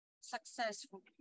successful